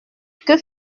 que